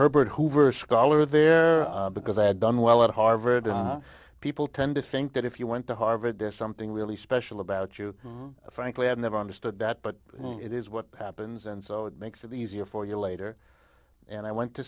herbert hoover scholar there because i had done well at harvard people tend to think that if you went to harvard there's something really special about you frankly i've never understood that but it is what happens and so it makes it easier for you later and i went to